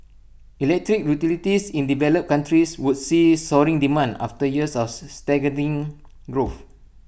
Electric Utilities in developed countries would see soaring demand after years stagnating growth